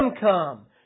come